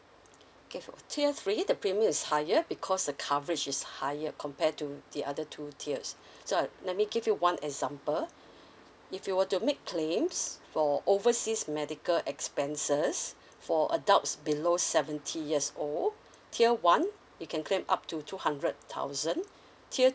okay for tier three the premium is higher because the coverage is higher compared to the other two tiers so uh let me give you one example if you were to make claims for overseas medical expenses for adults below seventy years old tier one you can claim up to two hundred thousand tier